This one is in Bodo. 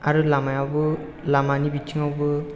आरो लामायाबो लामानि बिथिङावबो